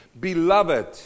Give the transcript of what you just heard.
Beloved